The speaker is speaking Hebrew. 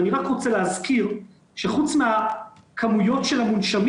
ואני רק רוצה להזכיר שחוץ מהכמויות של המונשמים